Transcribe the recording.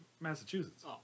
Massachusetts